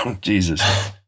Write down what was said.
Jesus